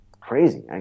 crazy